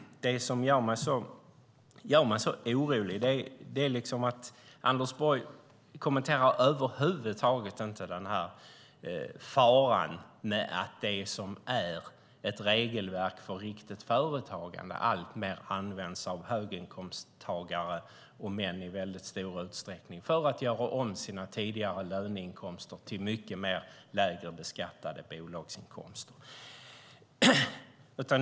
Det som gör mig så orolig är att Anders Borg över huvud taget inte kommenterar faran med att det som är ett regelverk för riktigt företagande alltmer används av höginkomsttagare, i stor utsträckning män, för att göra om sina tidigare löneinkomster till mycket lägre beskattade bolagsinkomster.